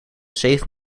zeven